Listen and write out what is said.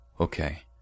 Okay